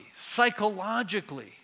psychologically